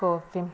കോഫിയും